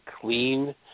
clean